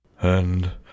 And